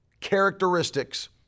characteristics